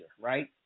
right